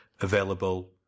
available